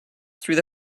through